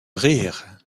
rire